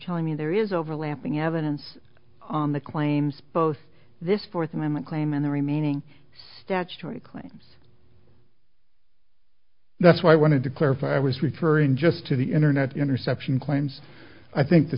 telling me there is overlapping evidence on the claims both this fourth amendment claim and the remaining statutory claims that's what i wanted to clarify i was referring just to the internet interception claims i think the